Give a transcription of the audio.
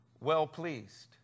well-pleased